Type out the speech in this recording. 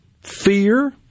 fear